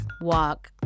Walk